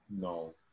No